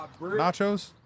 nachos